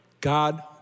God